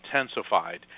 intensified